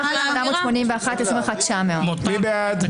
21,881 עד 21,900. מי בעד?